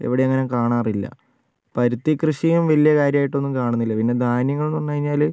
ഇവിടെ അങ്ങനെ കാണാറില്ല പരുത്തിക്കൃഷിയും വലിയ കാര്യമായിട്ടൊന്നും കാണുന്നില്ല പിന്നെ ധാന്യങ്ങൾ എന്ന് പറഞ്ഞു കഴിഞ്ഞാൽ